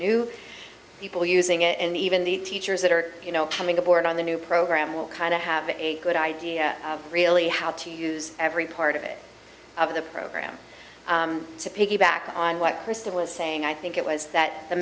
new people using it and even the teachers that are coming aboard on the new program we'll kind of have a good idea really how to use every part of it of the program to piggyback on what crystal is saying i think it was that the